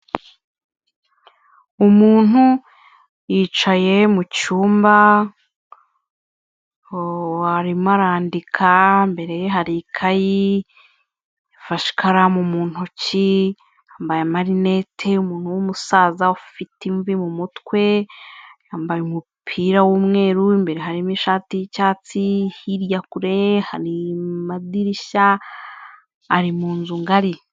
Umuntu yicaye mu cyumba, arimo arandika, imbere ye hari ikayi, afashe ikaramu mu ntoki, yambaye amarinete, umuntu w'umusaza, ufite imvi mu mutwe, yambaye umupira w'umweru, imbere harimo ishati y'icyatsi, hirya kure ye hari amadirishya, ari mu nzu ngari.